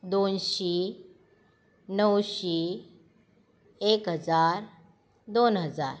दोनशी णवशी एक हजार दोन हजार